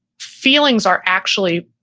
feelings are actually,